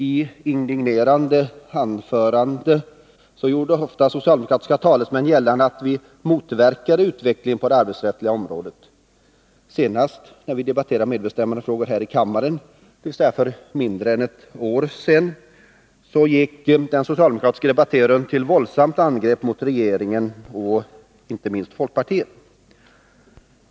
I indignerade anföranden gjorde socialdemokratiska talesmän ofta gällande att vi motverkade utvecklingen på det arbetsrättsliga området. Senast när vi debatterade medbestämmandefrågor här i kammaren, dvs. för mindre än ett år sedan, gick den socialdemokratiske debattören till våldsamt angrepp mot regeringen och inte minst mot folkpartiet.